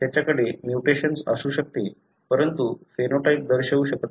त्याच्याकडे म्युटेशन असू शकते परंतु फेनोटाइप दर्शवू शकत नाही